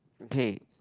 okay